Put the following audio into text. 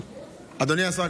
אדוני השר,